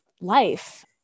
life